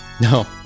no